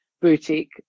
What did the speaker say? boutique